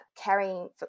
carrying